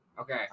Okay